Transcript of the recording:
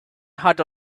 had